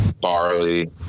barley